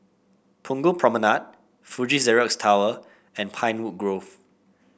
Punggol Promenade Fuji Xerox Tower and Pinewood Grove